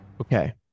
Okay